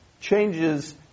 changes